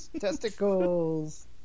testicles